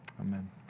Amen